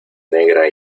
negra